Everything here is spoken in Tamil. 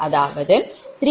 2206 0